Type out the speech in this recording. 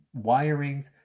wirings